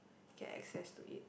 get access to it